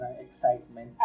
excitement